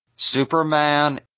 Superman